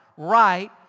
right